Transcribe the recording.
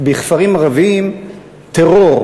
בכפרים ערביים טרור.